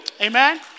Amen